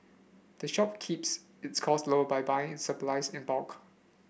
the shop keeps its close low by buying supplies in bulk